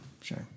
sure